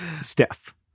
Steph